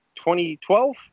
2012